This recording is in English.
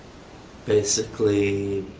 basically